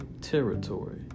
territory